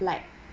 like